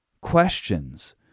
questions